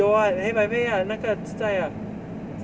有 [what] 黑白配 ah 那个 zi zai ah